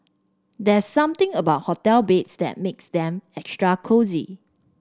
there something about hotel beds that makes them extra cosy